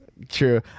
true